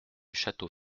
château